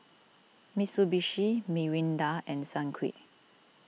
Mitsubishi Mirinda and Sunquick